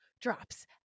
drops